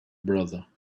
brother